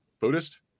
Buddhist